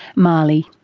mahlie.